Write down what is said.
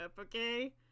okay